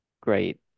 great